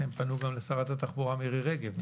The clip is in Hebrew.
שהן פנו גם לשרת התחבורה מירי רגב.